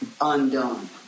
undone